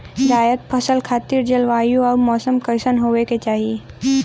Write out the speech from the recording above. जायद फसल खातिर जलवायु अउर मौसम कइसन होवे के चाही?